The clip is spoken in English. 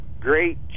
great